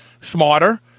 Smarter